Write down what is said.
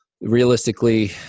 realistically